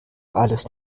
alles